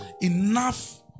Enough